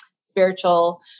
spiritual